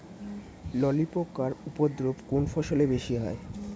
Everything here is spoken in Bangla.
ললি পোকার উপদ্রব কোন ফসলে বেশি হয়?